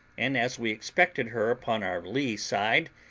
and as we expected her upon our lee-side,